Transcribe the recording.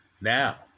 now